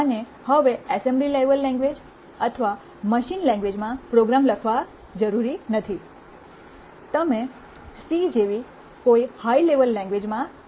અને હવે assembly language અથવા મશીન લેંગ્વેજમાં પ્રોગ્રામ લખવા જરૂરી નથી તમે સી જેવી હાઈ લેવલ લેંગ્વેજમાં લખી શકો છો